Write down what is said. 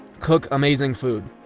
cook amazing food.